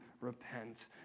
repent